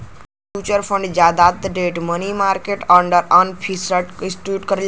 debt mutual fund जादातर debt money market आउर अन्य फिक्स्ड इनकम इंस्ट्रूमेंट्स हौ